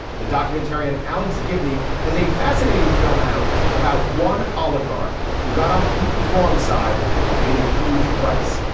the documentarian alex gibney has a fascinating film out about one oligarch who got on putin's wrong side and paid a huge price,